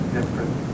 different